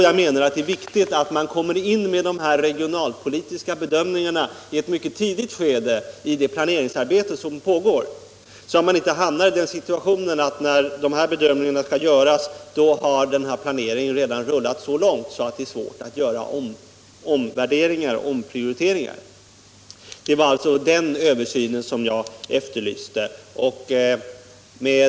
Jag anser att det då är viktigt att man gör de regionalpolitiska bedömningarna i ett mycket tidigt skede i det planeringsarbete som pågår, så att man inte hamnar i den situationen att, när dessa bedömningar skall göras, planeringen redan har rullat så långt att det är svårt att göra omvärderingar och omprioriteringar. Det var alltså den översynen jag efterlyste.